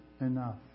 enough